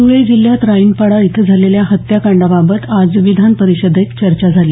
धुळे जिल्ह्यात राईनपाडा इथं झालेल्या हत्याकांडाबाबत आज विधान परिषदेत चर्चा झाली